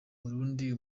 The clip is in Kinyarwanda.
burundi